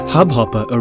Hubhopper